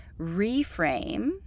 reframe